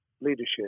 leadership